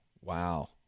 Wow